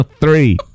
Three